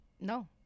No